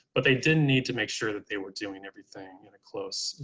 but they didn't need to make sure that they were doing everything in a close,